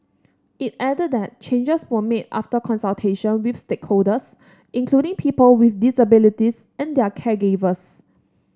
it added that changes were made after consultation with stakeholders including people with disabilities and their caregivers